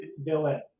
villain